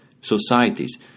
societies